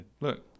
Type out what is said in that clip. Look